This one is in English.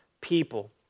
people